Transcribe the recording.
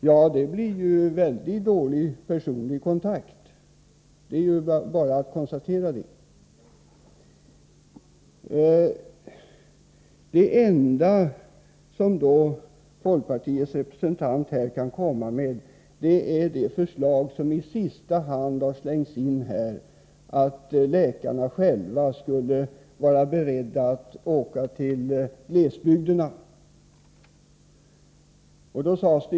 Ja, det blir mycket dålig personlig kontakt — det är bara att konstatera. Det enda som folkpartiets representant då kan komma med är det förslag som i sista stund har slängts in, nämligen att läkarna själva skulle vara beredda att åka till glesbygderna och tjänstgöra där.